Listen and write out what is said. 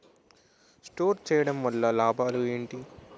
Store చేయడం వల్ల లాభాలు ఏంటి?